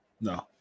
no